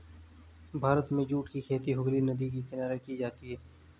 भारत में जूट की खेती हुगली नदी के किनारे की जाती है